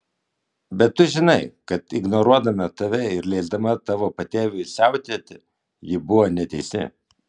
bet tu žinai kad ignoruodama tave ir leisdama tavo patėviui siautėti ji buvo neteisi